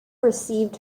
received